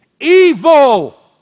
Evil